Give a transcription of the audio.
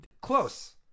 Close